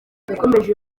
yakomoje